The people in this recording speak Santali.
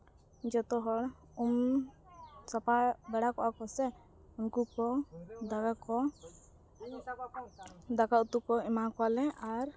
ᱡᱚᱛᱚ ᱦᱚᱲ ᱩᱢ ᱥᱟᱯᱷᱟ ᱵᱟᱲᱟ ᱠᱚᱜ ᱟᱠᱚᱥᱮ ᱩᱱᱠᱩ ᱠᱚ ᱫᱟᱠᱟ ᱠᱚ ᱫᱟᱠᱟ ᱠᱚ ᱫᱟᱠᱟ ᱩᱛᱩ ᱠᱚ ᱮᱢᱟ ᱠᱚᱣᱟᱞᱮ ᱟᱨ